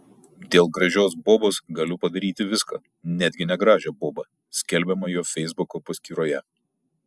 dėl gražios bobos galiu padaryti viską netgi negražią bobą skelbiama jo feisbuko paskyroje